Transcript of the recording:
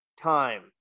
time